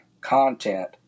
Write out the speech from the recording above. content